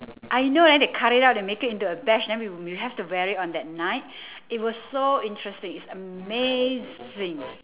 I know then they cut it out they make it into a badge then we we have to wear it on that night it was so interesting it's amazing